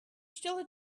still